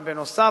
ובנוסף,